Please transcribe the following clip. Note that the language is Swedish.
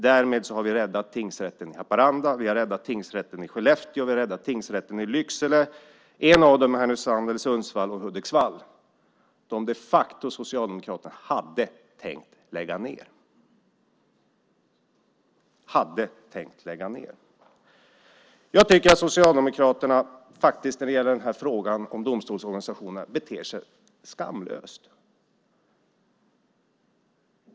Därmed har vi räddat tingsrätten i Haparanda, vi har räddat tingsrätten i Skellefteå, vi har räddat tingsrätten i Lycksele och en av dem i Härnösand, Sundsvall och Hudiksvall, som Socialdemokraterna de facto hade tänkt lägga ned. Jag tycker att Socialdemokraterna faktiskt, när det gäller frågan om domstolsorganisationen, beter sig skamlöst.